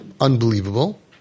Unbelievable